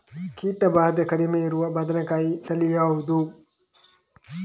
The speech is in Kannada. ಕೀಟ ಭಾದೆ ಕಡಿಮೆ ಇರುವ ಬದನೆಕಾಯಿ ತಳಿ ಯಾವುದು?